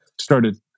started